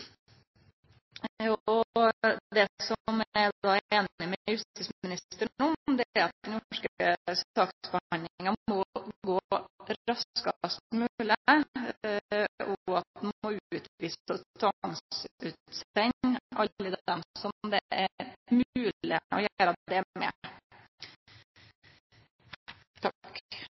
Det som eg er einig med justisministeren i, er at den norske saksbehandlinga må gå raskast mogleg, og at ein må utvise og tvangsutsende alle dei som det er mogleg å gjere det med.